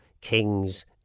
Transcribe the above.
kings